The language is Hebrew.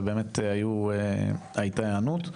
ובאמת הייתה היענות,